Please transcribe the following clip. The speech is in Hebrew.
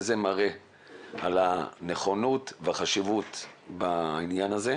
זה מראה על הנכונות והחשיבות בעניין הזה.